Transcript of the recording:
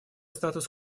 статус